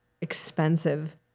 expensive